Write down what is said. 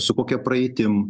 su kokia praeitim